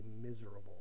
miserable